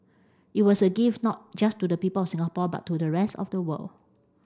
it was a gift not just to the people of Singapore but to the rest of the world